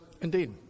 Indeed